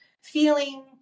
feeling